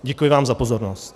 Děkuji vám za pozornost.